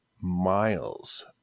miles